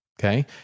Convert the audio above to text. okay